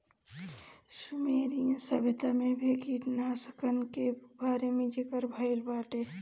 Sumerian सभ्यता में भी कीटनाशकन के बारे में ज़िकर भइल बाटे